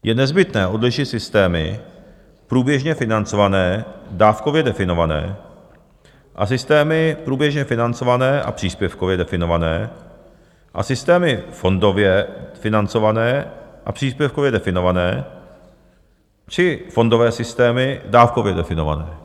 Je nezbytné odlišit systémy průběžně financované, dávkově definované a systémy průběžně financované a příspěvkově definované a systémy fondově financované a příspěvkově definované či fondové systémy dávkově definované.